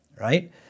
right